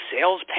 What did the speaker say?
sales